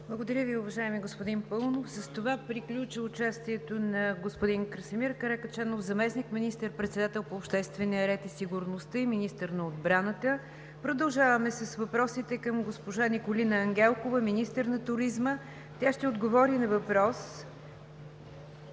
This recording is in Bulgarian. Благодаря Ви, уважаеми господин Паунов. С това приключи участието на господин Красимир Каракачанов – заместник министър-председател по обществения ред и сигурността и министър на отбраната. Продължаваме с въпросите към госпожа Николина Ангелкова – министър на туризма. Тя ще отговори на въпрос